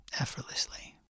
effortlessly